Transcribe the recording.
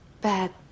bad